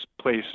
place